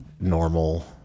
normal